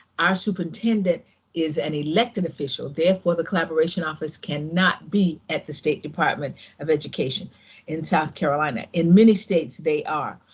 our superintendent is an elected official. therefore, the collaboration office cannot be at the state department of education in south carolina. in many states, they are,